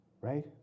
right